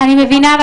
אני מבינה,